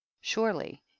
surely